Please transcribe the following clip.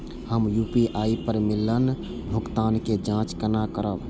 हम यू.पी.आई पर मिलल भुगतान के जाँच केना करब?